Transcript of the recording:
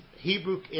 Hebrew